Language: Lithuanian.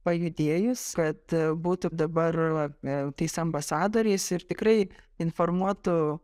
pajudėjus kad būtų dabar ėm tais ambasadoriais ir tikrai informuotų